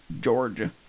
Georgia